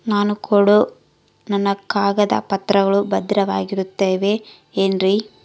ನಾನು ಕೊಡೋ ನನ್ನ ಕಾಗದ ಪತ್ರಗಳು ಭದ್ರವಾಗಿರುತ್ತವೆ ಏನ್ರಿ?